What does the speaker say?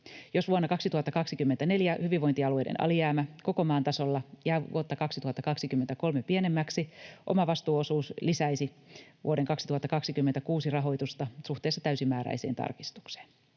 Jos vuonna 2024 hyvinvointialueiden alijäämä koko maan tasolla jää vuotta 2023 pienemmäksi, omavastuuosuus lisäisi vuoden 2026 rahoitusta suhteessa täysimääräiseen tarkistukseen.